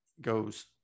goes